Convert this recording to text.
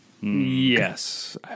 Yes